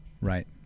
Right